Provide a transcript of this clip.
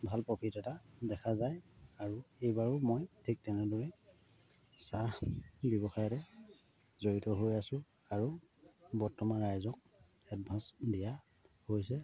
ভাল প্ৰফিট এটা দেখা যায় আৰু এইবাৰো মই ঠিক তেনেদৰেই চাহ ব্যৱসায়তে জড়িত হৈ আছোঁ আৰু বৰ্তমান ৰাইজক এডভাঞ্চ দিয়া হৈছে